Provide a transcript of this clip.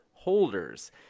holders